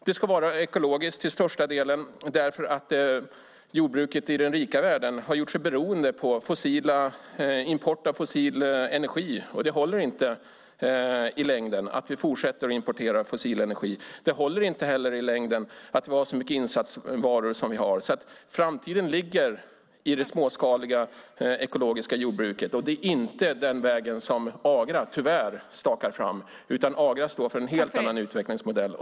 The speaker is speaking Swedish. Det ska vara ekologiskt till största delen därför att jordbruket i den rika världen har gjort sig beroende av import av fossil energi. Det håller inte i längden att vi fortsätter importera fossil energi. Det håller inte heller i längden att vi har så mycket insatsvaror som vi har. Framtiden ligger i det småskaliga ekologiska jordbruket, och det är tyvärr inte den väg som Agra stakar ut. Agra står för en helt annan utvecklingsmodell.